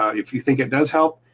ah if you think it does help,